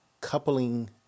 coupling